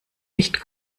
nicht